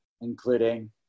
including